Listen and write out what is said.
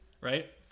right